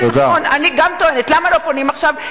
כן, נכון, אני גם טוענת, למה לא בונים עכשיו?